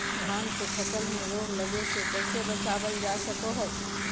धान के फसल में रोग लगे से कैसे बचाबल जा सको हय?